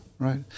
Right